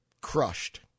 crushed